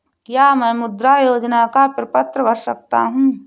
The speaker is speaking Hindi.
क्या मैं मुद्रा योजना का प्रपत्र भर सकता हूँ?